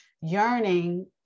yearning